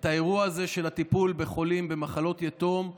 את האירוע הזה של הטיפול בחולים במחלות יתום,